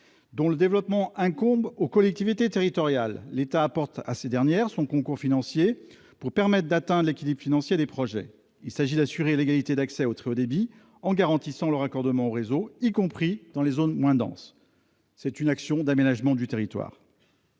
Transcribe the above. le cas échéant en lien avec un prestataire privé, l'État apporte à ces dernières son concours financier pour permettre d'atteindre l'équilibre financier des projets. Il s'agit d'assurer l'égalité d'accès au très haut débit en garantissant le raccordement au réseau, y compris dans les zones les moins denses. C'est une action d'aménagement du territoire.